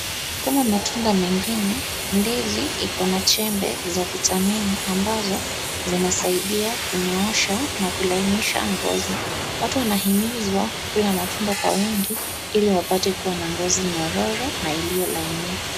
Kama matunda mengine, ndizi ikona chembe za vitamini ambazo zinasaidia kunyoosha na kulainisha ngozi. Watu wanahimizwa kukula matunda kwa wingi ili wapate kuwa na ngozi nyororo na iliyolainika.